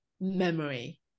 memory